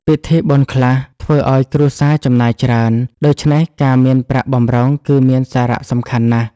ពិធីបុណ្យខ្លះធ្វើឱ្យគ្រួសារចំណាយច្រើន ដូច្នេះការមានប្រាក់បម្រុងគឺមានសារៈសំខាន់ណាស់។